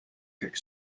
kick